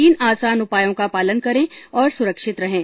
तीन आसान उपायों का पालन करें और सुरक्षित रहें